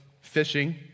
fishing